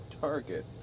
target